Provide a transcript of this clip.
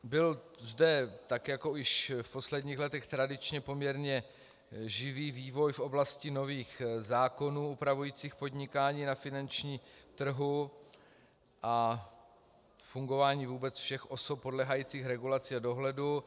Byl zde, tak jako již v posledních letech tradičně, poměrně živý vývoj v oblasti nových zákonů upravujících podnikání na finančním trhu a fungování vůbec všech osob podléhajících regulaci dohledu.